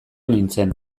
nintzen